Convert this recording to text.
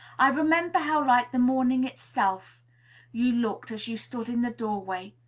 i remember how like the morning itself you looked as you stood in the doorway,